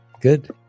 Good